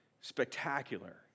spectacular